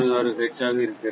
066 hertz ஆக இருக்கிறது